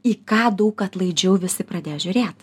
į ką daug atlaidžiau visi pradės žiūrėt